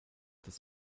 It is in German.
des